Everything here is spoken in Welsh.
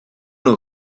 nhw